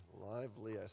Lively